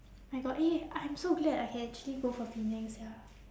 I got eh I'm so glad I can actually go for penang sia